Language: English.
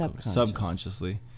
subconsciously